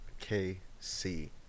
KC